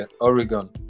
Oregon